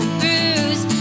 bruise